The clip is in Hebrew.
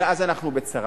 אז אנחנו בצרה.